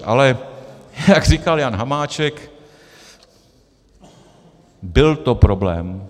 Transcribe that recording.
Ale jak říkal Jan Hamáček, byl to problém.